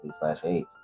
HIV/AIDS